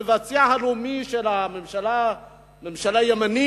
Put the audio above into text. המבצע הלאומי של הממשלה הימנית,